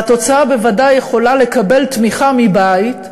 והתוצאה בוודאי יכולה לקבל תמיכה מבית,